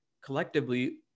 collectively